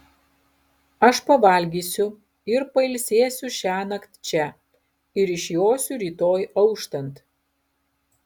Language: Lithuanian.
aš pavalgysiu ir pailsėsiu šiąnakt čia ir išjosiu rytoj auštant